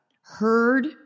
heard